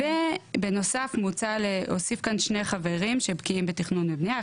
בנוסף מוצע להוסיף כאן שני חברים שבקיאים בתכנון ובנייה,